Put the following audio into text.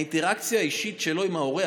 האינטראקציה האישית שלו עם ההורה,